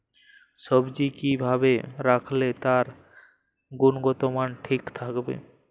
সবজি কি ভাবে রাখলে তার গুনগতমান ঠিক থাকবে?